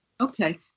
Okay